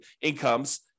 incomes